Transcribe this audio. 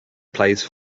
plays